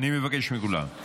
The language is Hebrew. אני מבקש מכולם.